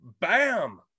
bam